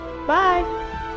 Bye